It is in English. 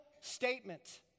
statement